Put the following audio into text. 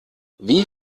wie